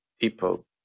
people